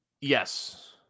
Yes